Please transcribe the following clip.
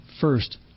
first